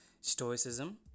stoicism